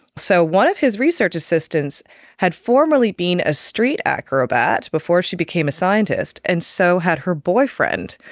so one of his research assistants had formerly been a street acrobat before she became a scientist, and so had her boyfriend,